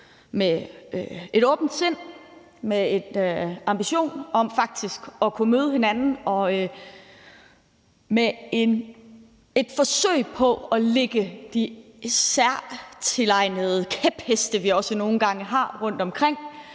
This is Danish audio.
med et åbent sind, med en ambition om faktisk at kunne møde hinanden og med et forsøg på at lægge vores særlige kæpheste, vi også nogle gange har, fra os og finde